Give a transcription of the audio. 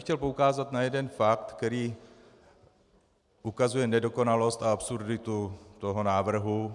Chtěl bych poukázat na jeden fakt, který ukazuje nedokonalost a absurditu toho návrhu.